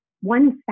one